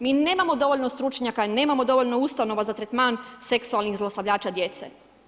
Mi nemamo dovoljno stručnjaka i nemamo dovoljno ustanova za tretman seksualnih zlostavljača djece.